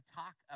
talk